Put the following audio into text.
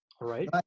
Right